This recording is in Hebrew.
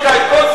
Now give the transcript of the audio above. את כל סין?